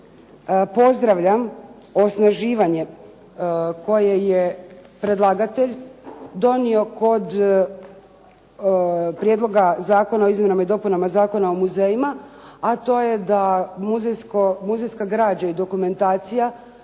pozdravljam osnaživanje koje je predlagatelj donio kod Prijedloga zakona o izmjenama i dopunama Zakona o muzejima a to je da muzejska građa i dokumentacija